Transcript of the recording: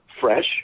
fresh